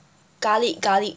garlic garlic